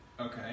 Okay